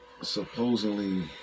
supposedly